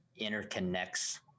interconnects